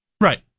right